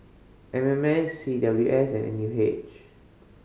M M S C W S and N U H